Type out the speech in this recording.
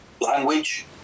language